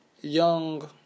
young